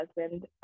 husband